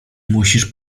musisz